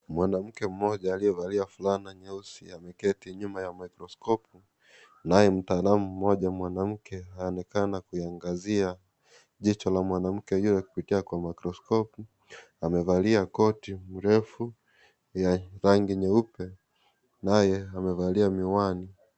Mwanamke mmoja aliyevalia fulana nyeusi ,ameketi nyuma ya mikroskopu naye mtaalamu mmoja mwanamke anaonekana kuangazia jicho la mwanamke hilo kupitia mikroskopu, amevalia koti refu ha rangi nyeupe, naye amevalia miwani.